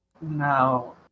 No